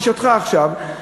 גישתך עכשיו,